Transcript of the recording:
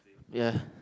ya